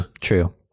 true